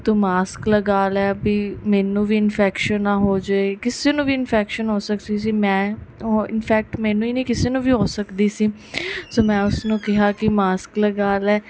ਤੂੰ ਮਾਸਕ ਲਗਾ ਲੈ ਵੀ ਮੈਨੂੰ ਵੀ ਇਨਫੈਕਸ਼ਨ ਨਾ ਹੋ ਜਾਵੇ ਕਿਸੇ ਨੂੰ ਵੀ ਇਨਫੈਕਸ਼ਨ ਹੋ ਸਕਦੀ ਸੀ ਮੈਂ ਉਹ ਇਨਫੈਕਟ ਮੈਨੂੰ ਹੀ ਨਹੀਂ ਕਿਸੇ ਨੂੰ ਵੀ ਹੋ ਸਕਦੀ ਸੀ ਸੋ ਮੈਂ ਉਸਨੂੰ ਕਿਹਾ ਕਿ ਮਾਸਕ ਲਗਾ ਲੈ